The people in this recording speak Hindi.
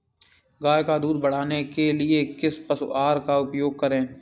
गाय का दूध बढ़ाने के लिए किस पशु आहार का उपयोग करें?